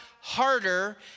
harder